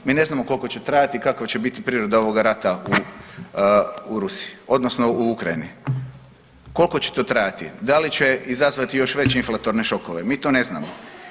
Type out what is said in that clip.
Mi ne znamo koliko će trajati i kakva će biti priroda ovoga rata u, u Rusiji odnosno u Ukrajini, kolko će to trajati, da li će izazvati još veće inflatorne šokove, mi to ne znamo.